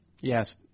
Yes